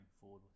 forward